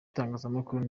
itangazamakuru